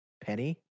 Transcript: Penny